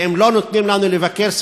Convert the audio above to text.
ואם לא נותנים לנו לבקר,